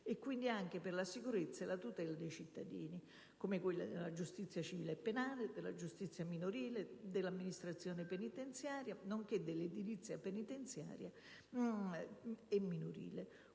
e quindi anche per la sicurezza e la tutela dei diritti dei cittadini - come quelli della giustizia civile e penale, della giustizia minorile e dell'amministrazione penitenziaria, nonché dell'edilizia penitenziaria e minorile.